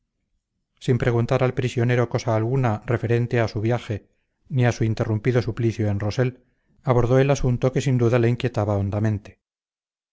sin preguntar al prisionero cosa alguna referente a su viaje ni a su interrumpido suplicio en rossell abordó el asunto que sin duda le inquietaba hondamente